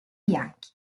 bianchi